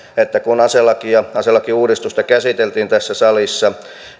että kun aselakiuudistusta käsiteltiin tässä salissa